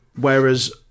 whereas